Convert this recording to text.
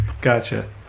Gotcha